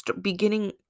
beginning